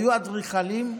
היו אדריכלים,